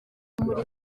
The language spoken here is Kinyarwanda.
muri